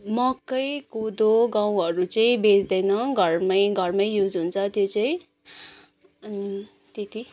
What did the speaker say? मकै कोदो गहुँहरू चाहिँ बेच्दैन घरमै घरमै युज हुन्छ त्यो चाहिँ अनि त्यति